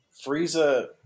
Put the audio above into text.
Frieza